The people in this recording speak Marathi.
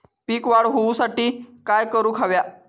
पीक वाढ होऊसाठी काय करूक हव्या?